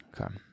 Okay